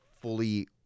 fully